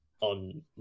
on